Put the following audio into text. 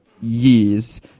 years